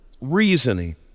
reasoning